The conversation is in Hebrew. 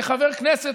כחבר כנסת,